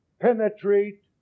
penetrate